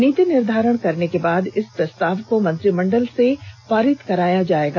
नीति निर्धारित करने के बाद इस प्रस्ताव को मंत्रिमंडल से पारित कराया जाएगा